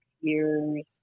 years